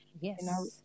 yes